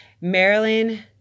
Maryland